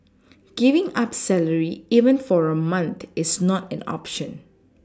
giving up salary even for a month is not an option